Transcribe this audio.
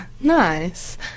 Nice